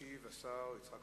ישיב השר יצחק